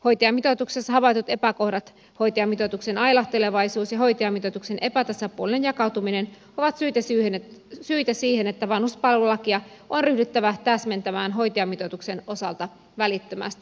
hoitajamitoituksessa havaitut epäkohdat hoitajamitoituksen ailahtelevaisuus ja hoitajamitoituksen epätasapuolinen jakautuminen ovat syitä siihen että vanhuspalvelulakia on ryhdyttävä täsmentämään hoitajamitoituksen osalta välittömästi